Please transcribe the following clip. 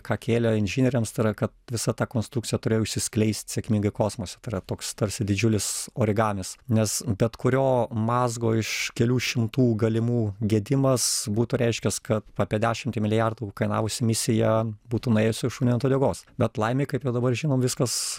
ką kėlę inžinieriams tai yra kad visa ta konstrukcija turėjo išsiskleist sėkmingai kosmose tai yra toks tarsi didžiulis origamis nes bet kurio mazgo iš kelių šimtų galimų gedimas būtų reiškęs kad apie dešimtį milijardų kainavusi misija būtų nuėjusi šuniui ant uodegos bet laimei kaip jau dabar žinom viskas